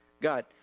God